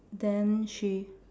then she